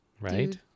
right